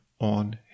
on